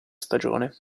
stagione